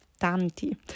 tanti